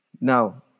Now